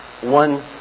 one